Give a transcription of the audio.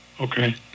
Okay